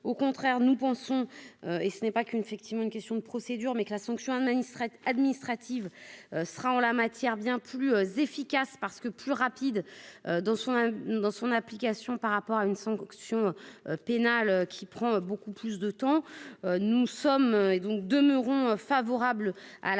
au contraire, nous pensons, et ce n'est pas qu'une effectivement une question de procédure mais que la sanction administrait administrative sera en la matière bien plus efficace. Parce que plus rapide dans son dans son application par rapport à une sanction pénale qui prend beaucoup plus de temps, nous sommes donc demeureront favorable à la